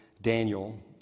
Daniel